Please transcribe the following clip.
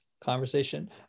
conversation